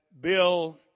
Bill